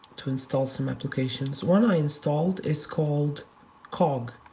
to install some applications. one i installed is called cog,